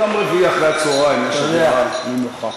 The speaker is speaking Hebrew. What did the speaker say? יום רביעי אחרי-הצהריים, ישיבה נינוחה.